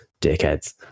dickheads